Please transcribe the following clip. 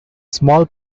small